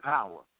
Power